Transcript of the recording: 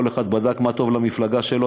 כל אחד בדק מה טוב למפלגה שלו.